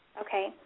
okay